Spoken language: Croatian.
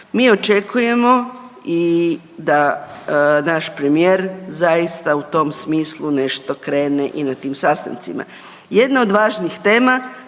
Mi očekujemo i da naš premijer zaista u tom smislu nešto krene i na tim sastancima. Jedna od važnih tema